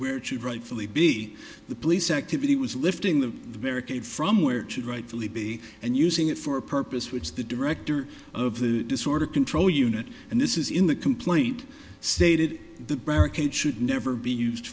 to rightfully beat the police activity was lifting the barricade from where it should rightfully be and using it for a purpose which the director of the disorder control unit and this is in the complaint stated the barricade should never be used